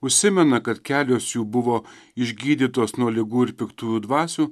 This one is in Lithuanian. užsimena kad kelios jų buvo išgydytos nuo ligų ir piktųjų dvasių